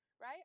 right